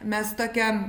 mes tokią